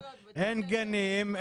אין גנים,